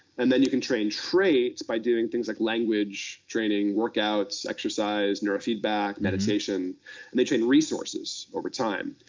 and then you can train traits by doing things like language training, workouts, exercise, neurofeedback, meditation. and they train resources over time.